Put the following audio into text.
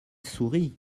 sourit